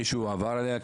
מישהו עבר עליהם?